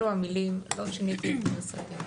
אלו המילים, לא שיניתי את הנסחים.